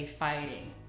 fighting